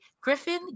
Griffin